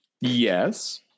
Yes